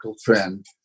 trend